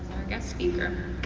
our guest speaker.